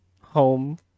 Home